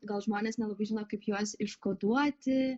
gal žmonės nelabai žino kaip juos iškoduoti